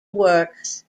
works